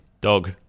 Dog